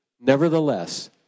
Nevertheless